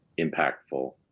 impactful